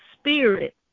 spirit